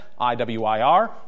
IWIR